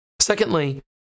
Secondly